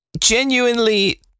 Genuinely